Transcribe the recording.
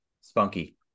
Spunky